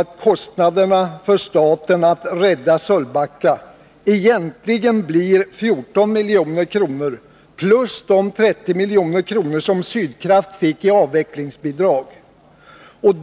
att kostnaderna för staten att rädda Sölvbacka egentligen blir 14 milj.kr. plus de 30 milj.kr. som Sydkraft fick i avvecklingsbidrag.